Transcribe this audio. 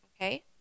okay